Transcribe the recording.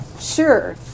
Sure